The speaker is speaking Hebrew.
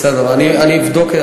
בסדר, אני אבדוק.